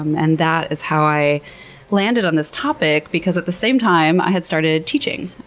and that is how i landed on this topic, because at the same time i had started teaching,